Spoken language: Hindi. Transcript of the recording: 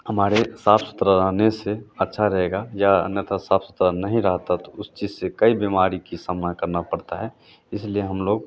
हमारे साफ सुथरे रहने से अच्छा रहेगा या अन्यतः साफ सुथरा नहीं रहता तो उस चीज़ से कई बीमारी का सामना करना पड़ता है इसलिए हम लोग